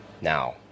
Now